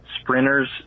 sprinters